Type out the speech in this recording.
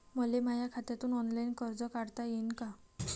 मले माया खात्यातून ऑनलाईन कर्ज काढता येईन का?